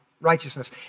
Righteousness